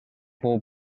fou